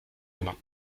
demain